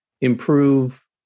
improve